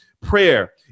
prayer